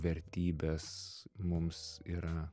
vertybes mums yra